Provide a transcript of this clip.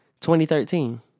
2013